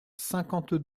cinquante